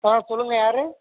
ஆ சொல்லுங்கள் யாரு